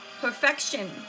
Perfection